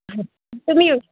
हां तुम्ही येऊ